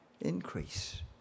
increase